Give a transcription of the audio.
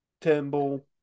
Turnbull